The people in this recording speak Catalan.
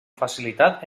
facilitat